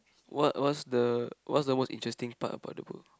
what what's the what's the most interesting part about the book